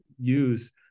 use